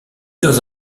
dans